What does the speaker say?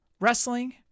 wrestling